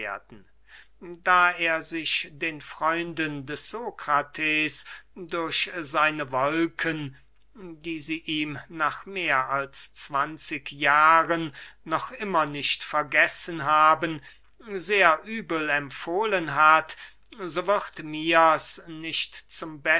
da er sich den freunden des sokrates durch seine wolken die sie ihm nach mehr als zwanzig jahren noch immer nicht vergessen haben sehr übel empfohlen hat so wird mirs nicht